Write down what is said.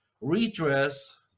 redress